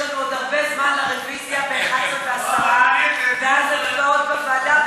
יש לנו עד הרבה זמן לרוויזיה ב-23:10 ואז הצבעות בוועדה,